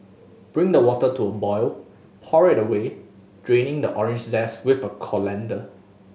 bring the water to a boil and pour it away draining the orange zest with a colander